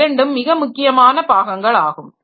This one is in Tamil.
இந்த இரண்டும் மிக முக்கியமான பாகங்கள் ஆகும்